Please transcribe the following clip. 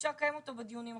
אפשר לקיים אותו בדיונים אחרים.